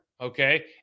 okay